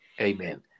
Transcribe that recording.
Amen